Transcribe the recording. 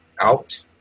out